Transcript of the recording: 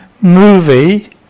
movie